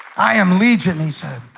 i am legion he said